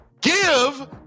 give